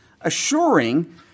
Assuring